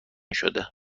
شده